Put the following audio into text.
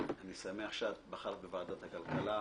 אני שמח שבחרת בוועדת הכלכלה.